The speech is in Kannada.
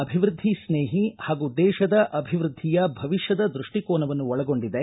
ಅಭಿವೃದ್ಧಿಸ್ನೇಹಿ ಹಾಗೂ ದೇಶದ ಅಭಿವೃದ್ಧಿಯ ಭವಿಷ್ಠದ ದ್ಯಸ್ಲಿಕೋನವನ್ನು ಒಳಗೊಂಡಿದೆ